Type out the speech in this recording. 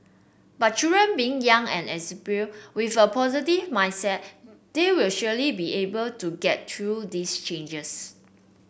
but children being young and exuberant with a positive mindset they will surely be able to get through these changes